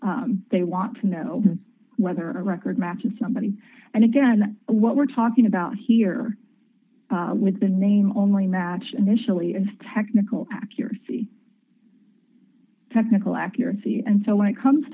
search they want to know whether a record matches somebody and again what we're talking about here with the name only match initially is technical accuracy technical accuracy and so when it comes